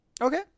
Okay